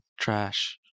trash